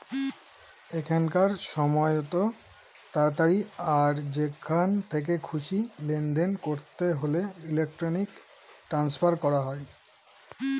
এখনকার সময়তো তাড়াতাড়ি আর যেখান থেকে খুশি লেনদেন করতে হলে ইলেক্ট্রনিক ট্রান্সফার করা হয়